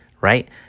right